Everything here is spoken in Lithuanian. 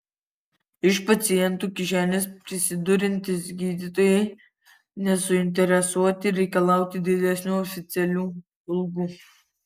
iš pacientų kišenės prisiduriantys gydytojai nesuinteresuoti reikalauti didesnių oficialių algų